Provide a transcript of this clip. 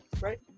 right